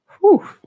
Whew